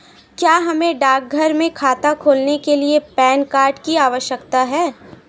क्या हमें डाकघर में खाता खोलने के लिए पैन कार्ड की आवश्यकता है?